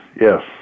yes